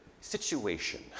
situation